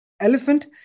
elephant